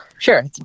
Sure